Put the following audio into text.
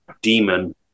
demon